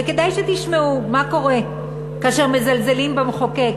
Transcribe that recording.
וכדאי שתשמעו מה קורה כאשר מזלזלים במחוקק,